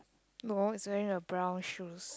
no it's wearing a brown shoes